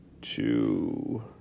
two